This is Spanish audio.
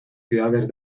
ciudades